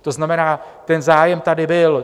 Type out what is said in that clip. To znamená, ten zájem tady byl.